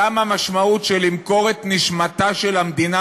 גם המשמעות של למכור את נשמתה של המדינה,